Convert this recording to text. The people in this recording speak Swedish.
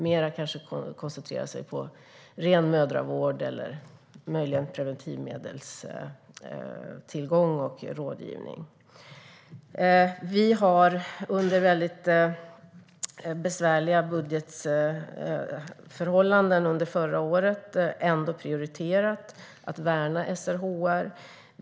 De kanske koncentrerar sig mer på ren mödravård eller möjligen på preventivmedelstillgång och rådgivning. Vi har under mycket besvärliga budgetförhållanden under förra året ändå prioriterat värnandet av SRHR-frågorna.